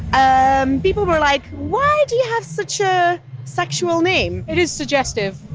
um people were like, why do you have such a sexual name? it is suggestive.